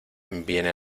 viene